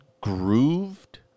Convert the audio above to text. grooved